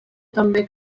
també